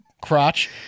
crotch